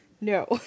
No